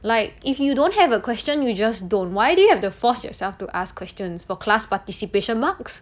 like if you don't have a question you just don't why do you have the force yourself to ask questions for class participation marks